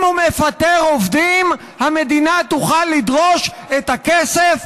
אם הוא מפטר עובדים, המדינה תוכל לדרוש את הכסף,